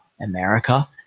america